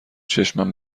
چشمم